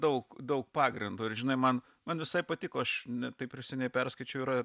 daug daug pagrindo ir žinai man man visai patiko aš ne taip ir seniai perskaičiau yra